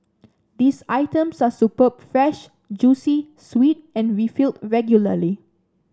these items are superb fresh juicy sweet and refilled regularly